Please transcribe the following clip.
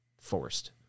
forced